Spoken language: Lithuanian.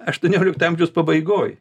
aštuoniolikto amžiaus pabaigoj